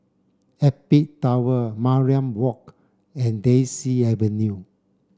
Apex Tower Mariam Walk and Daisy Avenue